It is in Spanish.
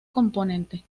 componente